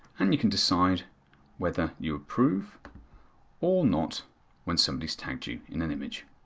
and you can decide whether you approve or not when somebody has tagged you in an image.